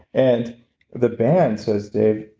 and the band says, dave,